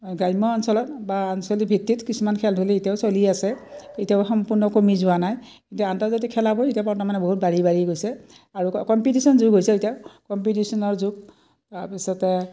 গ্ৰাম্য অঞ্চলত বা আঞ্চলিক ভিত্তিত কিছুমান খেল ধূল এতিয়াও চলি আছে এতিয়াও সম্পূৰ্ণ কমি যোৱা নাই কিন্তু আন্তৰ্জাতিক খেলাবোৰ এতিয়া বৰ্তমানে বহুত বাঢ়ি বাঢ়ি গৈছে আৰু ক কম্পিটিশ্যন যুগ হৈছে এতিয়া কম্পিটিশ্যনৰ যুগ তাৰপিছতে